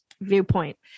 viewpoint